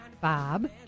Bob